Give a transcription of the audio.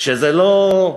שזה לא,